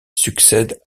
succède